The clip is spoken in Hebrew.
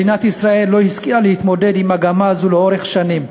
מדינת ישראל לא השכילה להתמודד עם מגמה זו לאורך שנים,